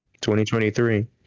2023